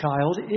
child